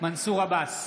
מנסור עבאס,